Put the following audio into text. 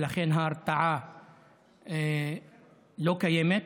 ולכן ההרתעה לא קיימת